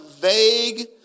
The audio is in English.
vague